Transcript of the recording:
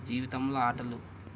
జీవితంలో ఆటలు